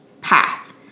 path